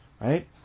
Right